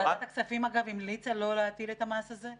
ועדת הכספים, אגב, המליצה לא להטיל את המס הזה.